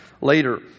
later